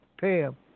Pam